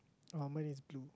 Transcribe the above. oh mine is blue